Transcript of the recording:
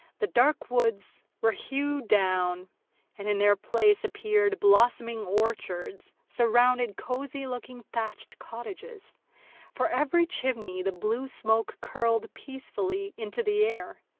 the dark woods were hewn down and in their place appeared blossoming orchards surrounding cosy-looking thatched cottages for every chimney the blue smoke curled peacefully into the air,